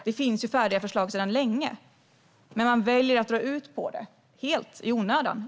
Det finns ju färdiga förslag sedan länge, men man väljer att dra ut på det helt i onödan.